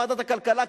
ועדת הכלכלה,